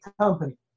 company